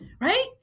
right